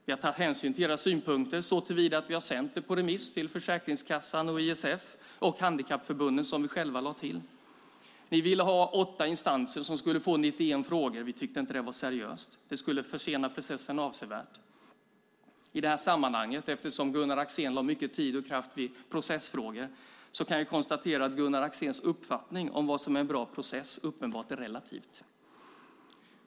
Vi har tagit hänsyn till era synpunkter såtillvida att vi har sänt dem på remiss till Försäkringskassan, ISF och Handikappförbunden, som vi själva lade till. Ni ville ha åtta instanser som skulle få 91 frågor. Vi tyckte inte att det var seriöst, och det skulle försena processen avsevärt. I det här sammanhanget, eftersom Gunnar Axén lade mycket tid och kraft på processfrågor, kan jag konstatera att Gunnar Axéns uppfattning om vad som är en bra process uppenbart är relativ.